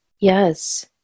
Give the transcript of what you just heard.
yes